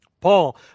Paul